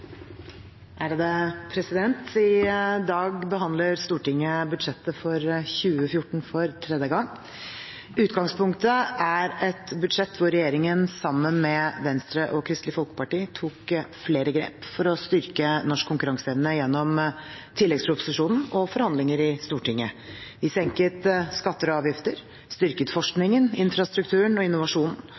han refererte. I dag behandler Stortinget budsjettet for 2014 for tredje gang. Utgangspunktet er et budsjett hvor regjeringen sammen med Venstre og Kristelig Folkeparti tok flere grep for å styrke norsk konkurranseevne gjennom tilleggsproposisjonen og forhandlinger i Stortinget. Vi senket skatter og avgifter, styrket forskningen, infrastrukturen og